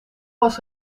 was